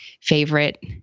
favorite